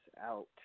out